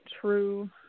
true